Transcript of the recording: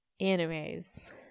animes